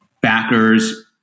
backers